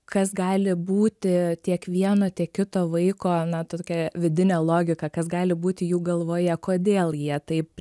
kas gali būti tiek vieno tiek kito vaiko na ta tokia vidinė logika kas gali būti jų galvoje kodėl jie taip